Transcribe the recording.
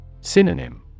Synonym